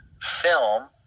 film